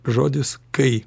žodis kai